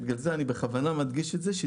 ואני מדגיש את זה בכוונה,